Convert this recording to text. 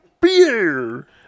beer